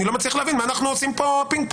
אני לא מצליח להבין מה אנחנו עושים פה פינג-פונג.